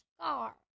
scar